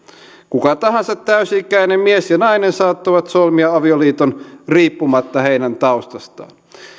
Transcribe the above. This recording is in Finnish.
kuka tahansa täysi ikäinen mies ja nainen saattoivat solmia avioliiton riippumatta taustastaan